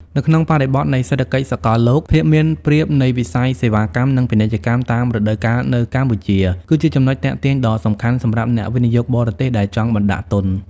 នៅក្នុងបរិបទនៃសេដ្ឋកិច្ចសកលលោក ភាពមានប្រៀបនៃវិស័យសេវាកម្ម និងពាណិជ្ជកម្មតាមរដូវកាលនៅកម្ពុជា គឺជាចំណុចទាក់ទាញដ៏សំខាន់សម្រាប់អ្នកវិនិយោគបរទេសដែលចង់បណ្តាក់ទុន។